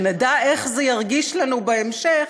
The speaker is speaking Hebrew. שנדע איך זה ירגיש לנו בהמשך,